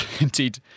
indeed